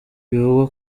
bivugwa